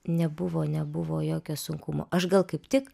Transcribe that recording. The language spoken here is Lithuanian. nebuvo nebuvo jokio sunkumo aš gal kaip tik